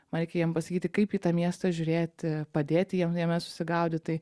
man reikia jiem pasakyti kaip į tą miestą žiūrėti padėti jiem jame susigaudyt tai